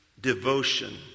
devotion